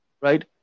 right